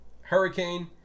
hurricane